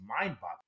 mind-boggling